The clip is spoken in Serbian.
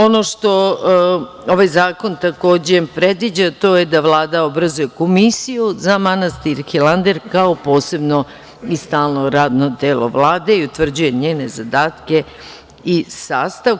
Ono što ovaj zakon takođe predviđa, a to je da Vlada obrazuje Komisiju za manastir Hilandar, kao posebno i stalno radno telo Vlade i utvrđuje njene zadatke i sastav.